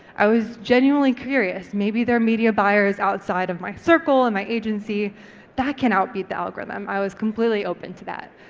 i was genuinely curious. maybe there are media buyers outside of my circle and my agency that can beat the algorithm. i was completely open to that.